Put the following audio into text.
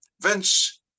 Vince